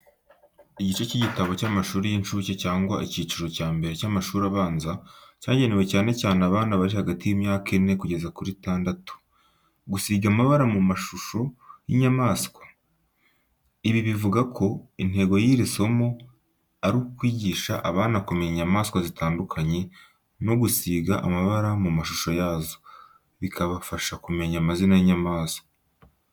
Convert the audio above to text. Igice cy’igitabo cy’amashuri y’incuke cyangwa icyiciro cya mbere cy’amashuri abanza, cyagenewe cyane cyane abana bari hagati y’imyaka ine kugeza kuri itandatu. Gusiga amabara mu mashusho y’inyamaswa. Ibi bivuga ko intego y’iri somo ari ukwigisha abana kumenya inyamaswa zitandukanye no gusiga amabara mu mashusho yazo, bikabafasha kumenya amazina y’inyamaswa.